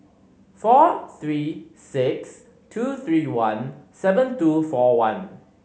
four three six two three one seven two four one